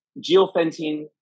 geofencing